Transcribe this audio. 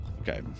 okay